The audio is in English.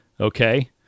Okay